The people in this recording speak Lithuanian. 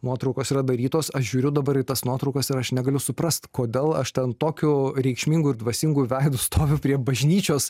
nuotraukos yra darytos aš žiūriu dabar į tas nuotraukas ir aš negaliu suprast kodėl aš ten tokiu reikšmingu ir dvasingu veidu stoviu prie bažnyčios